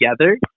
together